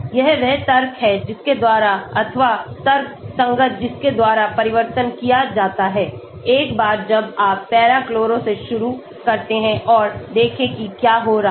यह वह तर्क है जिसके द्वारा अथवा तर्कसंगत जिसके द्वारा परिवर्तन किया जाता है एक बार जब आप पैरा क्लोरो से शुरू करते हैं और देखें कि क्या हो रहा है